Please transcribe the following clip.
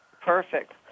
Perfect